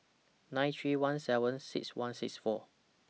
nine three one seven six one six four